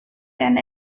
and